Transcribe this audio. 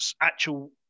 Actual